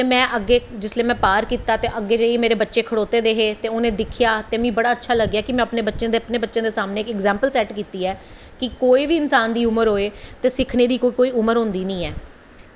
ते में अग्गैं जिसलै पार कीता ते मेरे बच्चे खड़ोते हदे हे ते उनैं दिक्खेआ ते मिगी बड़ा अच्चा लग्गेआ कि में अपनें बच्चें दे सारें अगज़ैंपल सैट्ट कीती ऐ कि कोई बी इंसान दा उमर होऐ ते सिक्खनें दी कोई उमर होंदी नी ऐ